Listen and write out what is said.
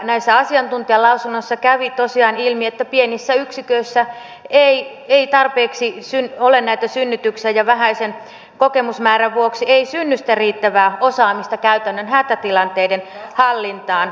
näissä asiantuntijalausunnoissa kävi tosiaan ilmi että pienissä yksiköissä ei tarpeeksi ole näitä synnytyksiä ja vähäisen kokemusmäärän vuoksi ei synny sitä riittävää osaamista käytännön hätätilanteiden hallintaan